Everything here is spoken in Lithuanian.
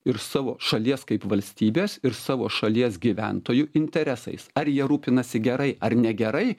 ir savo šalies kaip valstybės ir savo šalies gyventojų interesais ar jie rūpinasi gerai ar negerai